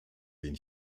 den